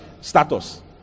status